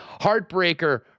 heartbreaker